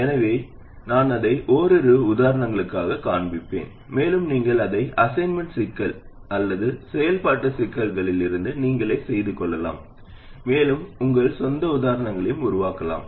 எனவே நான் அதை ஓரிரு உதாரணங்களுக்காகக் காண்பிப்பேன் மேலும் நீங்கள் அதை அசைன்மென்ட் சிக்கல்கள் அல்லது செயல்பாட்டுச் சிக்கல்களில் இருந்து நீங்களே செய்துகொள்ளலாம் மேலும் உங்கள் சொந்த உதாரணங்களையும் உருவாக்கலாம்